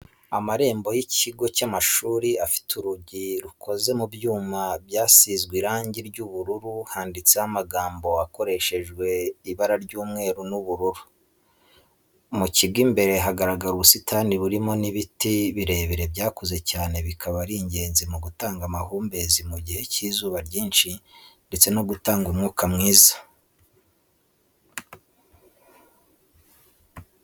Amarembo y'ikigo cy'amashuri afite urugi rukoze mu byuma byasizwe irangi ryiubururu handitseho amagambo akoreshejwe ibara ry'umweru n' ubururu, mu kigo imbere hagaragara ubusitani burimo n'ibiti birebire byakuze cyane bikaba ari ingenzi mu gutanga amahumbezi mu gihe cy'izuba ryinshi ndetse no gutanga umwuka mwiza.